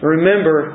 Remember